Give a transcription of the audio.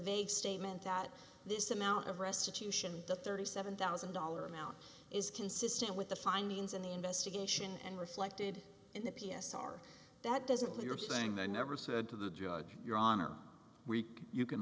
vague statement that this amount of restitution the thirty seven thousand dollar amount is consistent with the findings in the investigation and reflected in the p s r that doesn't what you're saying they never said to the judge your honor week you can